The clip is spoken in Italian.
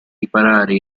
riparare